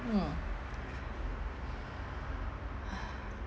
mm